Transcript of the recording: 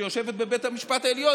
שיושבת בבית המשפט העליון,